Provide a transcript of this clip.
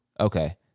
Okay